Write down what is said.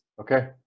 Okay